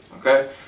okay